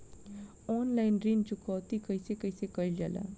Online ऋण चुकौती कइसे कइसे कइल जाला?